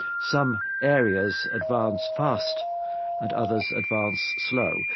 some areas advance fast and others advance slow,